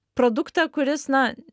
produktą kuris na